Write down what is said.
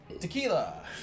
Tequila